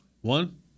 One